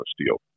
steel